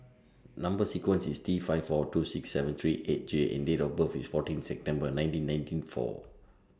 Number sequence IS T five four two six seven three eight J and Date of birth IS fourteen September nineteen ninety four